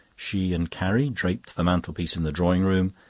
she and carrie draped the mantelpiece in the drawing-room,